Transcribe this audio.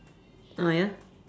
oh ya